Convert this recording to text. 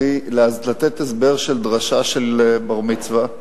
לתת הסבר של דרשה של בר-מצווה,